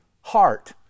heart